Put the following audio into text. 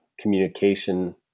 communication